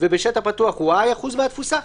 ובשטח פתוח Y אחוז מהתפוסה,